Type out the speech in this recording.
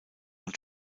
und